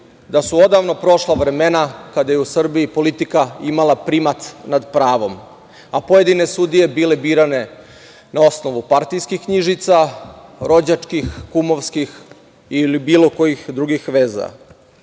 da su odavno prošla vremena kada je politika imala primat nad pravom, a pojedine sudije bile birane na osnovu partijskih knjižica, rođačkih, kumovskih, ili bilo koji drugih veza.